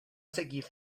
seguir